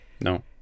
No